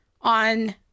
on